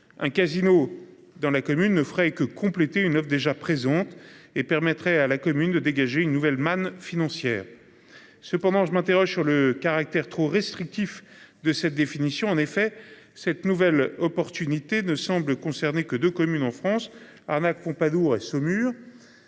Un casino dans la commune ne ferait que compléter une Oeuvres déjà présentes et permettrait à la commune de dégager une nouvelle manne financière. Cependant, je m'interroge sur le caractère trop restrictif de cette définition en effet, cette nouvelle opportunité ne semble concerner que de communes en France. Arnaque Pompadour et Saumur.